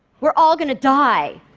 we're all going to die.